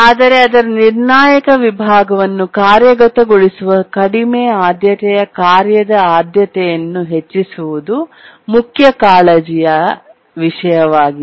ಆದರೆ ಅದರ ನಿರ್ಣಾಯಕ ವಿಭಾಗವನ್ನು ಕಾರ್ಯಗತಗೊಳಿಸುವ ಕಡಿಮೆ ಆದ್ಯತೆಯ ಕಾರ್ಯದ ಆದ್ಯತೆಯನ್ನು ಹೆಚ್ಚಿಸುವುದು ಮುಖ್ಯ ಕಾಳಜಿಯ ವಿಷಯವಾಗಿದೆ